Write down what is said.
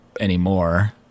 anymore